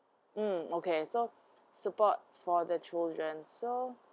mm okay so support for the children so